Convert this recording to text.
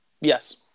Yes